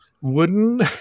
wooden